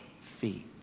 feet